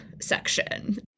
section